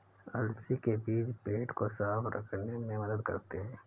अलसी के बीज पेट को साफ़ रखने में मदद करते है